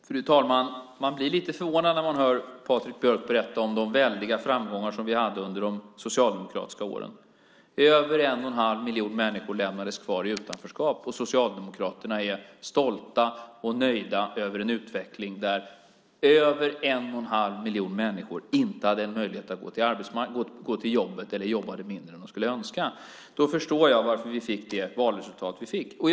Fru talman! Man blir lite förvånad när man hör Patrik Björck berätta om de väldiga framgångar som vi hade under de socialdemokratiska åren. Över en och en halv miljon människor lämnades kvar i utanförskap, och Socialdemokraterna är stolta och nöjda över en utveckling där över en och en halv miljon människor inte hade möjlighet att gå till jobbet eller jobbade mindre än de skulle önska. Då förstår jag varför vi fick det valresultat som vi fick.